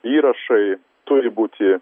įrašai turi būti